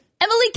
Emily